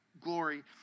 glory